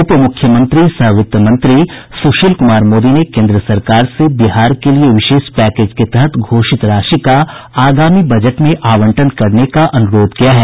उप मुख्यमंत्री सह वित्त मंत्री सुशील कुमार मोदी ने केन्द्र सरकार से बिहार के लिए विशेष पैकेज के तहत घोषित राशि का आगामी बजट में आवंटन करने का अनुरोध किया है